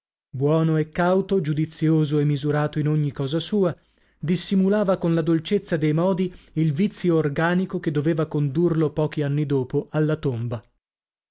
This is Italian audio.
buono e cauto giudizioso e misurato in ogni cosa sua dissimulava con la dolcezza dei modi il vizio organico che doveva condurlo pochi anni dopo alla tomba